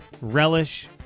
relish